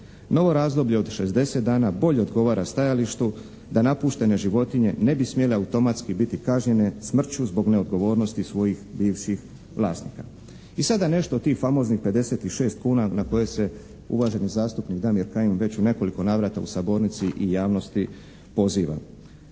Novo razdoblje od 60 dana bolje odgovara stajalištu da napuštene životinje ne bi smjele automatski biti kažnjene smrću zbog neodgovornosti svojih bivših vlasnika. I sada nešto o tih famoznih 56 kuna na koje se uvaženi zastupnik Damir Kajin već u nekoliko navrata u sabornici i javnosti poziva.